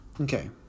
Okay